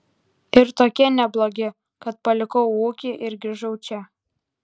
ir tokie neblogi kad palikau ūkį ir grįžau čia